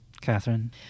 Catherine